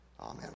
Amen